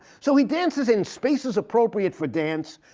so he dances in space is appropriate for dance,